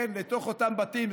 כן, לתוך אותם בתים.